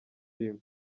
arimo